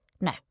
No